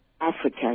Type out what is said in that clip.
Africa